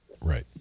Right